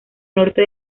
norte